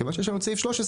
מכיוון שיש שם את סעיף 13,